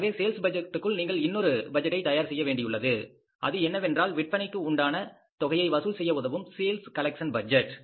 எனவே இந்த சேல்ஸ் பட்ஜெட்டுக்குள் நீங்கள் இன்னொரு பட்ஜெட்டை தயார் செய்ய வேண்டியுள்ளது அது என்னவென்றால் விற்பனைக்கு உண்டான தொகையை வசூல் செய்ய உதவும் சேல்ஸ் கலெக்ஷன் பட்ஜெட்